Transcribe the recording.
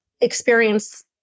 experience